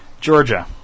Georgia